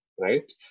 right